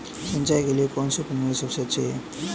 सिंचाई के लिए कौनसी प्रणाली सबसे अच्छी रहती है?